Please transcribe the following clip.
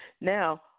Now